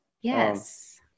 Yes